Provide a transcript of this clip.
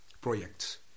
Projects